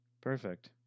perfect